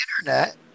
internet